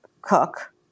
cook